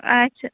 آچھا